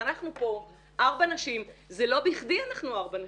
ואנחנו פה ארבע נשים, זה לא בכדי אנחנו ארבע נשים.